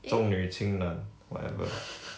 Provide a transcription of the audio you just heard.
eh